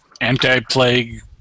anti-plague